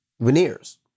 veneers